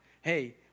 Hey